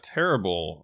terrible